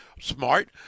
smart